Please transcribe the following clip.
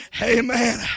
Amen